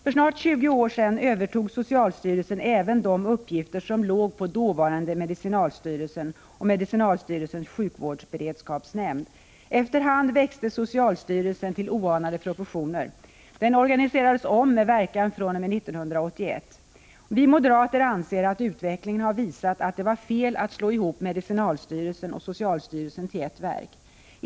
För snart 20 år sedan övertog socialstyrelsen även de uppgifter som åvilade dåvarande medicinalstyrelsen och medicinalstyrelsens sjukvårdsberedskapsnämnd. Efter hand växte socialstyrelsen och antog oanade proportioner. Den organiserades om med verkan fr.o.m. 1981. Vi moderater anser att utvecklingen har visat att det var fel att slå ihop medicinalstyrelsen och socialstyrelsen till ett verk.